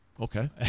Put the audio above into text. okay